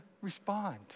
respond